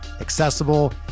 accessible